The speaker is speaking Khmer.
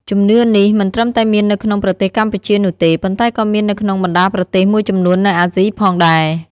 ជំនឿនេះមិនត្រឹមតែមាននៅក្នុងប្រទេសកម្ពុជានោះទេ ប៉ុន្តែក៏មាននៅក្នុងបណ្តាប្រទេសមួយចំនួននៅអាស៊ីផងដែរ។